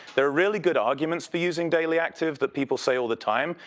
there are really good arguments for using daily active that people say all the time.